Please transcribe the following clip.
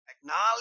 Acknowledge